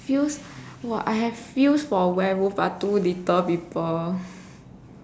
feels !wah! I have feels for werewolf but too little people